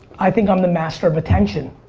i think i'm the master of attention,